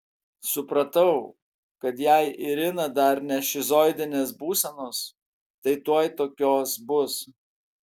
supratau kad jei irina dar ne šizoidinės būsenos tai tuoj tokios bus